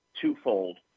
twofold